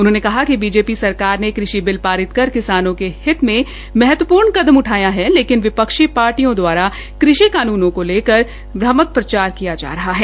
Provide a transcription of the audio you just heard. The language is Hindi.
उन्होंने कहा कि बीजेपी सरकार कृषि बिल पारित कर किसानों के हित में महत्वपूर्ण कदम उठाया है लेकिन विपक्षी पार्टियों द्वारा कृषि कानूनों को लेकर भामक प्रचार किया जा रहा है